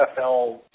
NFL